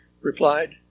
replied